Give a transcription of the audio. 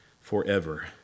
forever